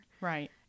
Right